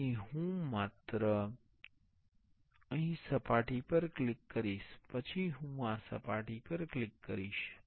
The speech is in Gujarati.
તેથી હું માત્ર અહીં સપાટી પર ક્લિક કરીશ પછી હું આ સપાટી પર ક્લિક કરીશ